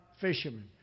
fishermen